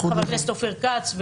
לחה"כ אופיר כץ,